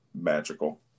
magical